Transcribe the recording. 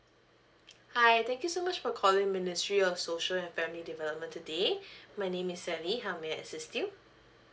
hi thank you so much for calling ministry of social and family development today my name is sally how may I assist you